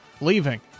leaving